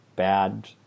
Bad